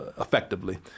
effectively